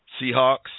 Seahawks